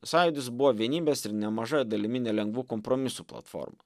sąjūdis buvo vienybės ir nemaža dalimi nelengvų kompromisų platforma